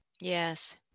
Yes